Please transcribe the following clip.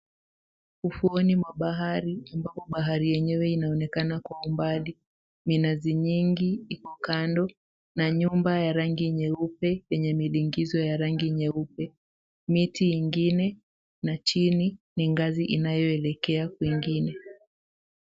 Ufuoni mwa bahari ambapo bahari inaonekana kwa mbali, minazi nyingi iko kando na nyumba ya rangi nyeupe yenye miringizo ya rangi nyeupe, miti ingine na chini ni ngazi inayoelekea kwingine.